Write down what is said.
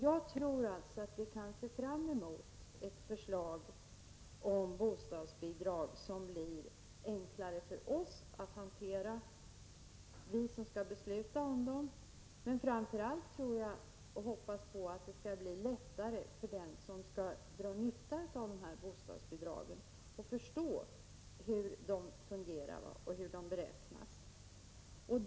Jag tror alltså att vi kan se fram emot ett förslag om bostadsbidrag som blir enklare för oss att hantera, vi som skall besluta om dem. Men framför allt hoppas jag att det skall bli lättare för den som skall dra nytta av bostadsbidragen att förstå hur de fungerar och hur de beräknas.